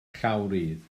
llawrydd